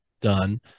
done